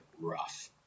rough